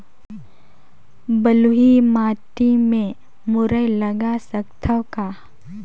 बलुही माटी मे मुरई लगा सकथव का?